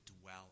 dwell